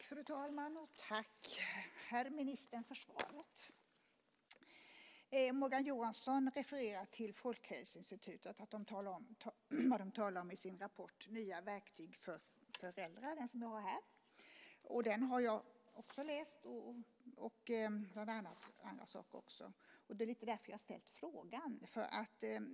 Fru talman! Tack, herr minister, för svaret. Morgan Johansson refererar till Folkhälsoinstitutet och vad de talar om i sin rapport Nya verktyg för föräldrar . Den har jag också läst. Det är därför jag har ställt frågan.